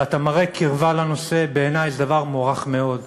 ואתה מראה קרבה לנושא, בעיני זה דבר מוערך מאוד.